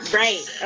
right